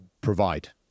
provide